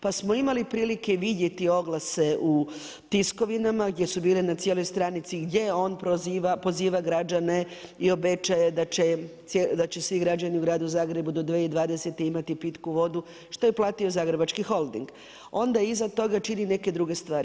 Pa smo imali prilike vidjeti oglase u tiskovinama gdje su bile na cijeloj stranici gdje on poziva građane i obečaje da će svi građani u gradu Zagrebu do 2020. imati pitku vodu što je platio Zagrebački holding, onda iza toga čini neke druge stvari.